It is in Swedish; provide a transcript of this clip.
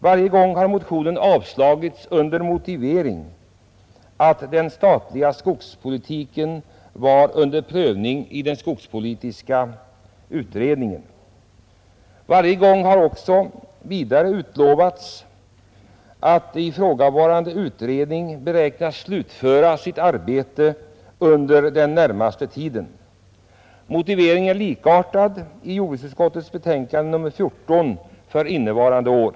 Varje gång har motionen avslagits under motivering att den statliga skogspolitiken var under prövning i den skogspolitiska utredningen. Varje gång har vidare utlovats att ifrågavarande utredning beräknas slutföra sitt arbete under den närmaste tiden. Motiveringen är likartad i jordbruksutskottets betänkande nr 14 för innevarande år.